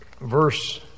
verse